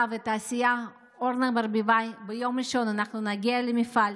והתעשייה אורנה ברביבאי נגיע ביום ראשון למפעל,